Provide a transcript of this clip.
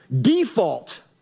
default